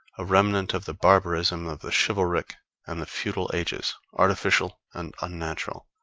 a remnant of the barbarism of the chivalric and the feudal ages artificial and unnatural.